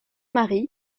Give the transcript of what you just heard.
marie